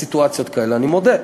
לסיטואציות כאלה, אני מודה.